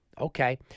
Okay